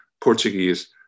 Portuguese